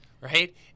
right